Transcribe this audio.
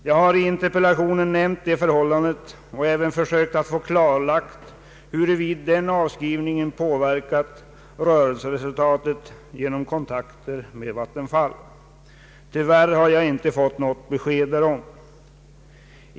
Jag har i interpellationen nämnt det förhållandet och även genom kontakter med Vattenfall försökt att få klarlagt huruvida den avskrivningen påverkat rörelseresultatet. Tyvärr har jag inte fått något besked därom.